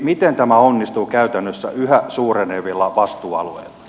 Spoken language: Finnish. miten tämä onnistuu käytännössä yhä suurenevilla vastuualueilla